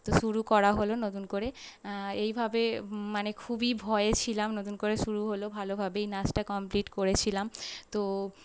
তো শুরু করা হল নতুন করে এইভাবে মানে খুবই ভয়ে ছিলাম নতুন করে শুরু হল ভালোভাবেই নাচটা কমপ্লিট করেছিলাম তো